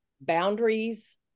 boundaries